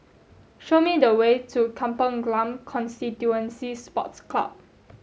show me the way to Kampong Glam Constituency Sports Club